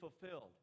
fulfilled